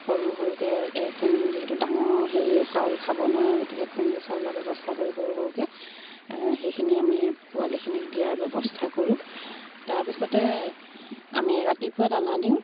সৰু সৰুকৈ খু যিহেতু ডাঙৰ হেৰি চাউল খাব নোৱাৰে গতিকে খুন্দু চাউলৰ ব্যৱস্থা কৰি সৰু সৰুকৈ সেইখিনি আমি পোৱালিখিনিক দিয়াৰ ব্যৱস্থা কৰোঁ তাৰপিছতে আমি ৰাতিপুৱা দানা দিওঁ